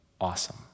awesome